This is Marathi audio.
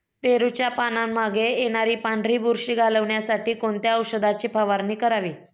पेरूच्या पानांमागे येणारी पांढरी बुरशी घालवण्यासाठी कोणत्या औषधाची फवारणी करावी?